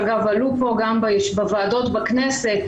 שאגב עלו פה גם בוועדות בכנסת,